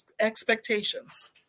expectations